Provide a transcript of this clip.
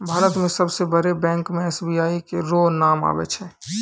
भारत मे सबसे बड़ो बैंक मे एस.बी.आई रो नाम आबै छै